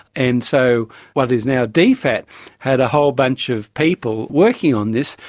and so what is now dfat had a whole bunch of people working on this,